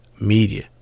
media